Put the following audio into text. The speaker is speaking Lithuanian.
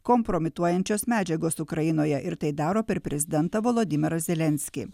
kompromituojančios medžiagos ukrainoje ir tai daro per prezidentą volodymyrą zelenskį